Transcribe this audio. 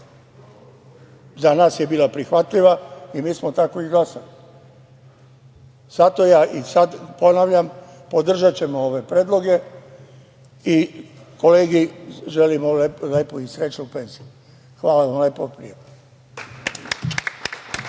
Za nas je bila prihvatljiva i mi smo tako i glasali. Zato ja i sada ponavljam, podržaćemo ove predloge i kolegi želim lepu i srećnu penziju. Hvala vam lepo.